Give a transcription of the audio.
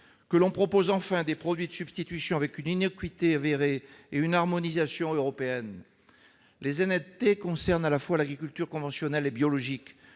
Que l'on propose enfin des produits de substitution avec une innocuité avérée et une harmonisation européenne ! Les ZNT concernent à la fois l'agriculture conventionnelle et biologique.